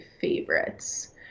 favorites